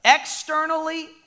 externally